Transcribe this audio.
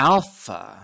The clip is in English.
Alpha